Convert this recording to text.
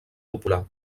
popular